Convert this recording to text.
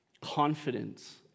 confidence